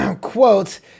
Quote